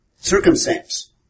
circumstance